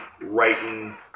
writing